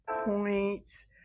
points